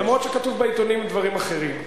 אפילו שכתוב בעיתונים דברים אחרים.